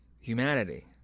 humanity